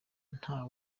natwe